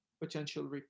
potential